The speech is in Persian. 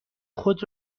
خود